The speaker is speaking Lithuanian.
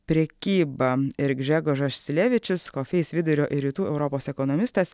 prekyba ir gžegožas silevičius coface vidurio ir rytų europos ekonomistas